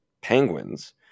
penguins